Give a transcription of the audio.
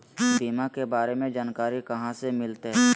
बीमा के बारे में जानकारी कहा से मिलते?